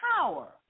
power